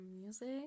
music